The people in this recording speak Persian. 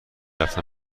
رفتن